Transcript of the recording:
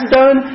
done